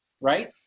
Right